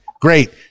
Great